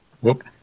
Whoop